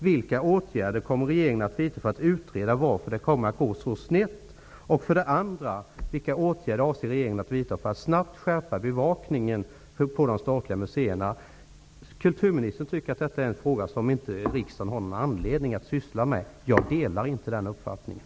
Vilka åtgärder kommer regeringen att vidta för att utreda varför det kom att gå så snett? Vilka åtgärder avser regeringen att vidta för att snabbt skärpa bevakningen vid de statliga museerna? Kulturministern tycker att detta är en fråga som riksdagen inte har anledning att syssla med. Jag delar inte den uppfattningen.